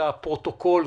לפרוטוקול,